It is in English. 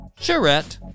Charette